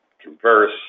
converse